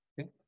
Okay